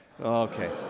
Okay